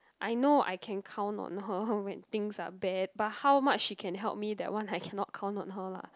I know I can count on her when things are bad but how much she can help me that one I can't count on her lah